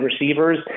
receivers